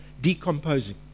decomposing